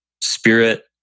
spirit